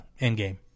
Endgame